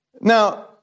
Now